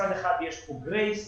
מצד אחד יש כאן גרייס,